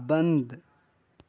بند